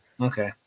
Okay